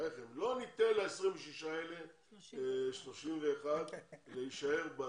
בחייכם, לא ניתן ל-31 האלה להישאר בצד,